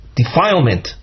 defilement